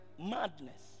Madness